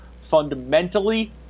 fundamentally